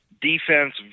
defense